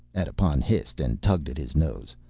edipon hissed and tugged at his nose.